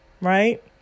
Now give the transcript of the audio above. right